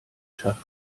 schach